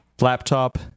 laptop